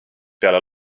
peale